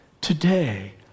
today